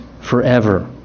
forever